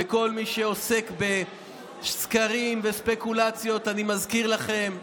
וכל מי שעוסק בסקרים וספקולציות, אני מזכיר לכם: